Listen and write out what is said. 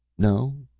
no,